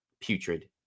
putrid